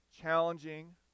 challenging